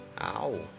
Ow